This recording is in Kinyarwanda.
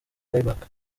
playback